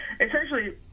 essentially